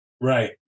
Right